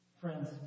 Friends